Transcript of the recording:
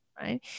right